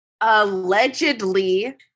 allegedly